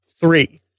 three